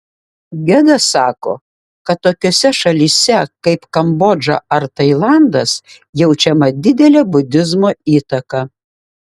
gedas sako kad tokiose šalyse kaip kambodža ar tailandas jaučiama didelė budizmo įtaka